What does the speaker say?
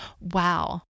Wow